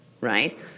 right